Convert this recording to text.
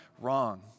wrong